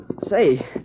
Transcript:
Say